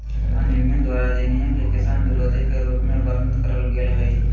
किसान यूनियन द्वारा अधिनियम के किसान विरोधी के रूप में वर्णित करल गेल हई